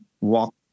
walk